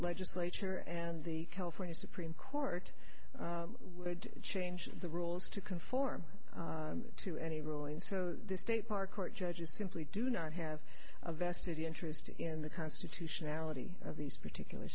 legislature and the california supreme court would change the rules to conform to any ruling so the state park court judges simply do not have a vested interest in the constitutionality of these particular